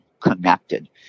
connected